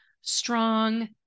strong